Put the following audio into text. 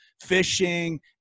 fishing